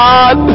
God